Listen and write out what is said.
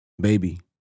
Baby